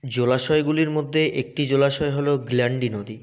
জলাশয়গুলির মধ্যে একটি জলাশয় হল গ্ল্যান্ডি নদী